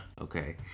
Okay